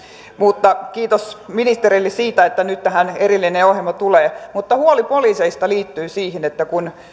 mutta kiitos ministereille siitä että nyt tähän erillinen ohjelma tulee huoli poliiseista liittyy siihen että kun